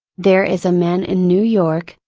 there is a man in new york,